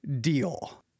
deal